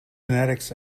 genetics